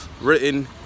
written